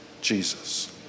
Jesus